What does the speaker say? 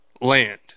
land